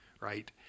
right